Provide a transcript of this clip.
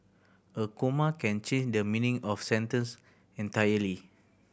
a comma can change the meaning of sentence entirely